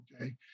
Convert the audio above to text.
okay